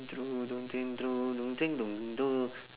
through don't think through don't think don't think through